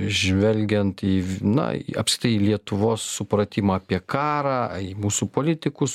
žvelgiant į v na į apstai į lietuvos supratimą apie karą į mūsų politikus